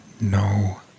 no